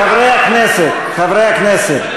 חברי הכנסת,